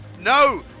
no